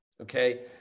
Okay